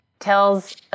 tells